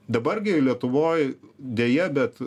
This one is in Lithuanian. dabar gi lietuvoj deja bet